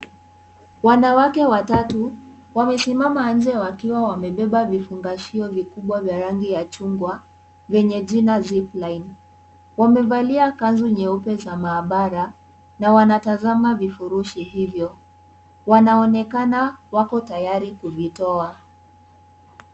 Wanawake watatu, wamesimama nje wakiwa wamebeba vifungashio vikubwa vya rangi ya chungwa, vyenye jina zipline. Wamevalia kanzu nyeupe za maabara na wanatazama vifurushi hivyo. Wanaonekana wako tayari kuvitoa.